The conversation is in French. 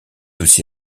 aussi